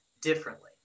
differently